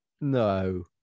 no